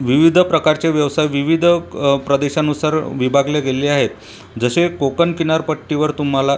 विविध प्रकारचे व्यवसाय विविध प्रदेशानुसार विभागले गेलेले आहेत जसे कोकण किनारपट्टीवर तुम्हाला